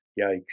yikes